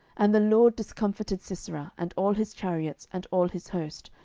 and the lord discomfited sisera, and all his chariots, and all his host,